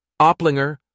Opplinger